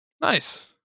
Nice